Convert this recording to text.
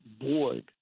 board